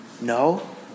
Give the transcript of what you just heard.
No